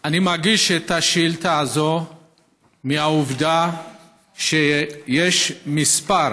אני מגיש את השאילתה הזו מכיוון שיש מספר